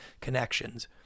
connections